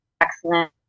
excellent